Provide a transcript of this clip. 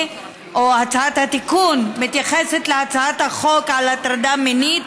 הצעת התיקון מתייחסת להצעת החוק על הטרדה מינית,